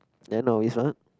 then always what